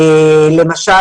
למשל,